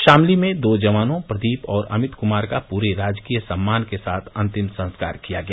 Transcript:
शामली में दो जवानों प्रदीप और अमित कुमार का पूरे राजकीय सम्मान के साथ अन्तिम संस्कार किया गया